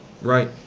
Right